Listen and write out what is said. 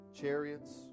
chariots